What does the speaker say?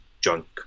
junk